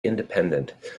independent